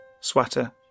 sweater